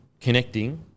connecting